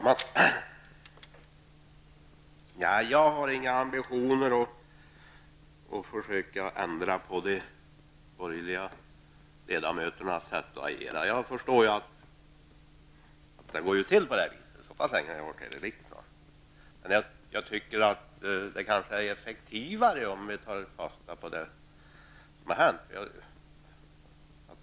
Herr talman! Jag har inga ambitioner att försöka ändra på de borgerliga ledamöternas sätt att argumentera. Jag förstår att det går till på det här sättet -- så pass länge har jag varit här i riksdagen. Men jag tycker att det kanske är effektivare om vi tar fasta på det som har hänt.